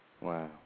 Wow